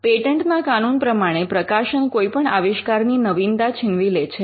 પેટન્ટના કાનૂન પ્રમાણે પ્રકાશન કોઈપણ આવિષ્કારની નવીનતા છીનવી લે છે